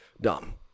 dumb